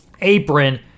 Apron